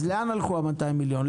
אז לאן הלכו 200 המיליון?